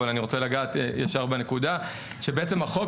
אבל אני רוצה לגעת ישירות בנקודה שבעצם החוק